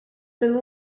been